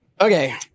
Okay